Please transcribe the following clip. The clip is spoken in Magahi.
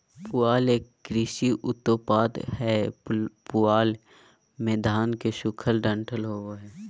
पुआल एक कृषि उपोत्पाद हय पुआल मे धान के सूखल डंठल होवो हय